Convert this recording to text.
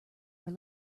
were